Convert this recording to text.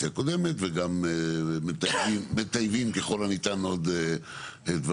הקודמת וגם מטייבים ככל הניתן עוד דברים.